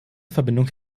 verbindung